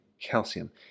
calcium